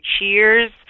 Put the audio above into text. cheers